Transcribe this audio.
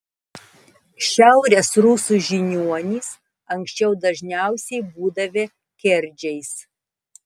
šiaurės rusų žiniuonys anksčiau dažniausiai būdavę kerdžiais